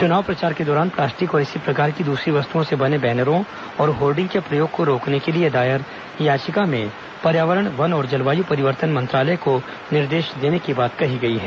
चुनाव प्रचार के दौरान प्लास्टिक और इसी प्रकार की दूसरी वस्तुओं से बने बैनरों और होर्डिंग्स के प्रयोग को रोकने को लिए दायर याचिका में पर्यावरण वन और जलवायु परिवर्तन मंत्रालय को निर्देश देने की बात कही गई है